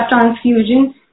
transfusion